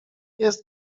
jest